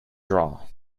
draw